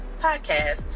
podcast